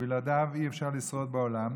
ובלעדיו אי-אפשר לשרוד בעולם: